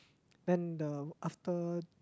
and the after